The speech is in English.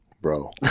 bro